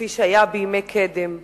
כפי שהיה בימי קדם.